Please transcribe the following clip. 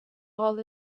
all